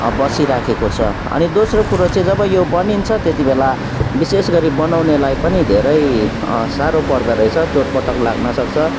बसिरहेको छ अनि दोस्रो कुरो चाहिँ जब यो बनिन्छ त्यति बेला विशेष गरी बनाउनेलाई पनि धेरै साह्रो पर्दोरहेछ चोटपटक लाग्नसक्छ